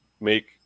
make